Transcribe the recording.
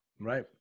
Right